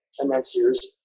financiers